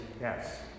Yes